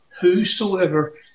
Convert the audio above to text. whosoever